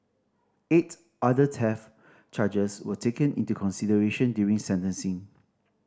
eight other theft charges were taken into consideration during sentencing